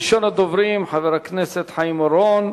ראשון הדוברים, חבר הכנסת חיים אורון,